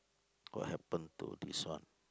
what happened to this one